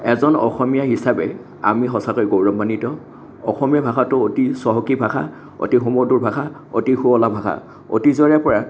এজন অসমীয়া হিচাপে আমি সঁচাকৈয়ে গৌৰৱান্বিত অসমীয়া ভাষাটো অতি চহকী ভাষা অতি সুমধুৰ ভাষা অতি শুৱলা ভাষা অতীজৰে পৰা